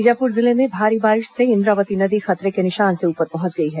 बीजापुर जिले में भारी बारिश से इंद्रावती नदी खतरे के निशान के ऊपर पहुंच गई है